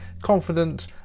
Confident